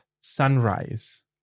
sunrise